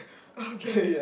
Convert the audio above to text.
okay